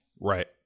Right